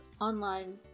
online